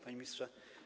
Panie Ministrze!